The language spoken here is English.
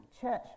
church